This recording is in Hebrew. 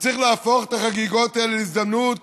וצריך להפוך את החגיגות האלה להזדמנות